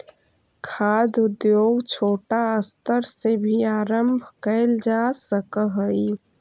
खाद्य उद्योग छोटा स्तर से भी आरंभ कैल जा सक हइ